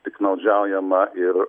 piktnaudžiaujama ir